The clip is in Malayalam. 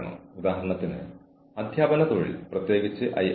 ഉദാഹരണത്തിന് ഒരു വ്യക്തിക്ക് ചില ദിവസങ്ങളിൽ ജോലി നഷ്ടപ്പെടുന്നതായി പറയപ്പെടുന്നു